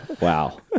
Wow